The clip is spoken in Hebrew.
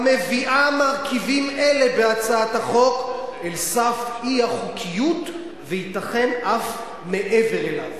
המביאה מרכיבים אלה בהצעת החוק אל סף אי-חוקיות וייתכן שאף מעבר אליו.